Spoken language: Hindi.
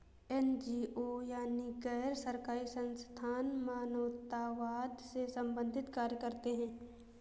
एन.जी.ओ यानी गैर सरकारी संस्थान मानवतावाद से संबंधित कार्य करते हैं